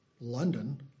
London